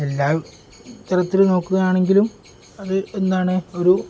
എല്ലാ തരത്തിലും നോക്കുകയാണെങ്കിലും അത് എന്താണ് ഒരു